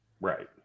Right